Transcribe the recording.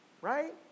right